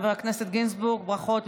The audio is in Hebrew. חבר הכנסת גינזבורג, ברכות.